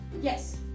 Yes